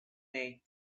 day